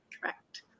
Correct